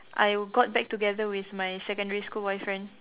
I got back together with my secondary school boyfriend